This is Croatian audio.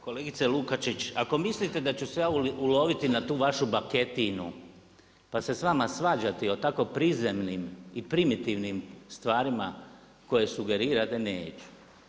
Kolegice Lukačić, ako mislite da ću se ja uloviti na tu vašu baketinu pa se s vama svađati o tako prizemnim i primitivnim stvarima koje sugerirate, neću.